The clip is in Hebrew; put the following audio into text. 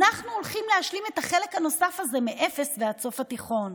אנחנו הולכים להשלים את החלק הנוסף הזה מאפס ועד סוף התיכון.